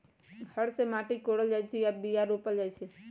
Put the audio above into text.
हर से माटि कोरल जाइ छै आऽ बीया रोप्ल जाइ छै